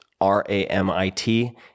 R-A-M-I-T